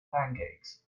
pancakes